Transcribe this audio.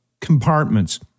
compartments